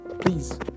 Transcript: please